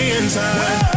inside